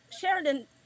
Sheridan